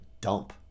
dump